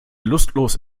lustlos